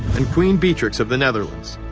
and queen beatrix of the netherlands.